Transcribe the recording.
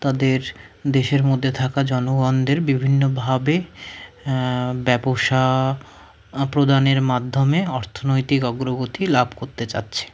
তাদের দেশের মধ্যে থাকা জনগণদের বিভিন্নভাবে ব্যবোসা প্রদানের মাধ্যমে অর্থনৈতিক অগ্রগতি লাভ করতে চাচ্ছে